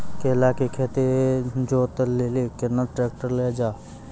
केला के खेत जोत लिली केना ट्रैक्टर ले लो जा?